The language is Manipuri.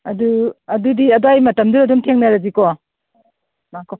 ꯑꯗꯨ ꯑꯗꯨꯗꯤ ꯑꯗ꯭ꯋꯥꯏ ꯃꯇꯝꯗꯨꯗ ꯑꯗꯨꯝ ꯊꯦꯡꯅꯔꯁꯤꯀꯣ ꯉꯥꯏꯈꯣ